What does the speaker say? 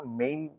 main